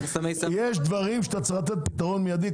יש דברים שאתה צריך לתת פתרון מידי,